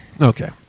Okay